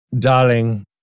Darling